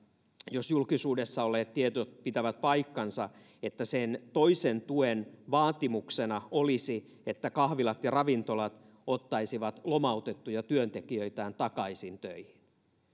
jos julkisuudessa olleet tiedot pitävät paikkansa että sen toisen tuen vaatimuksena olisi että kahvilat ja ravintolat ottaisivat lomautettuja työntekijöitään takaisin töihin